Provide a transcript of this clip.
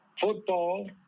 football